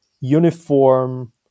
uniform